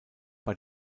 bei